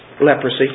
leprosy